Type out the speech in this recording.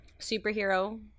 superhero